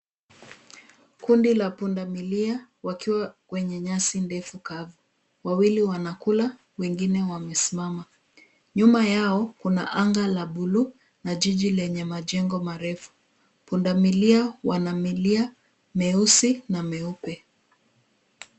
Kundi la punda milia wakiwa kwenye nyasi ndefu kavu. Wawili wanakula wengine wamesimama. Nyuma yao kuna anga la bulu na jiji lenye majengo marefu. Punda milia wana milia meusi na meupe.